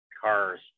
cars